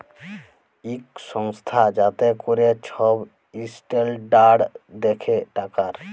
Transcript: ইক সংস্থা যাতে ক্যরে ছব ইসট্যালডাড় দ্যাখে টাকার